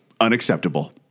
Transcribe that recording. Unacceptable